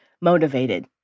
motivated